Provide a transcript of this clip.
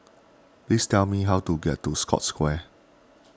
please tell me how to get to Scotts Square